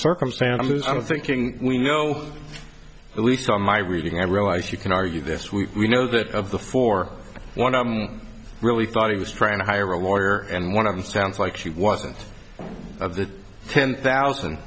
circumstances i'm thinking we know at least on my reading i realize you can argue this we know that of the four one i really thought he was trying to hire a lawyer and one of them sounds like she wasn't of the ten thousand